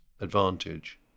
advantage